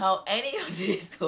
bro no